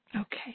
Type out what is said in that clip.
Okay